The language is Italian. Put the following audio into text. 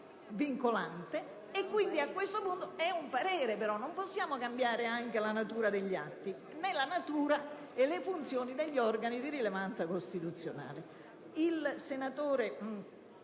è vincolante; è tuttavia un parere e non possiamo cambiare la natura degli atti, né la natura e le funzioni degli organi di rilevanza costituzionale.